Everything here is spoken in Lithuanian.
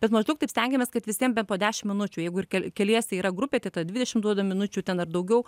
bet maždaug taip stengiamės kad visiem bent po dešim minučių jeigu ir keliese yra grupė tai tada dvidešim duodam minučių ten ar daugiau